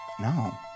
No